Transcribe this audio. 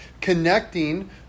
connecting